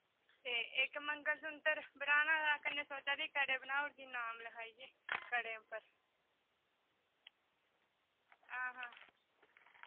ते इक मंगलसूतर बनोआना हा कन्नै सोचा दी कड़े बनाऊड़गी नाम लखाइयै कड़ें उप्पर हां हां